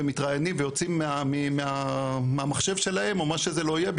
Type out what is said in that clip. ומתראיינים ויוצאים מהמחשב שלהם או מה שלא יהיה,